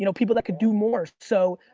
you know people that could do more. so